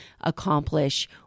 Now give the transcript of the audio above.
accomplish